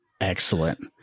Excellent